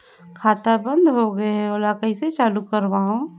खाता बन्द होगे है ओला कइसे चालू करवाओ?